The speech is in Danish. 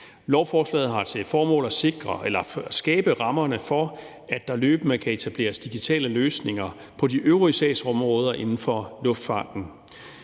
Lovforslaget har til formål at skabe rammerne for, at der løbende kan etableres digitale løsninger på de øvrige sagsområder inden for luftfarten.